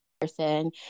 person